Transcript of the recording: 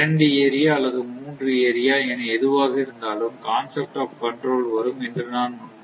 இரண்டு ஏரியா அல்லது மூன்று ஏரியா என எதுவாக இருந்தாலும் கான்செப்ட் ஆப் கண்ட்ரோல் வரும் என்று நான் முன்பே சொன்னேன்